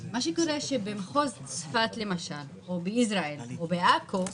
מה שקורה זה שבצפון צפת למשל, או ביזרעאל או בעכו,